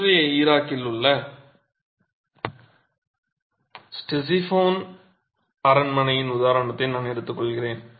இன்றைய ஈராக்கில் உள்ள ஸ்டெசிபோன் அரண்மனையின் உதாரணத்தை நான் எடுத்துக்கொள்கிறேன்